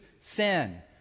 sin